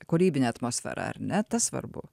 kūrybinė atmosfera ar ne tas svarbu